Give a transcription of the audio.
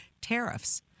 tariffs